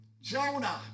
Jonah